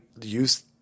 use